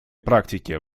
практике